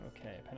Okay